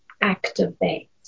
activate